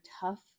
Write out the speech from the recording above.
tough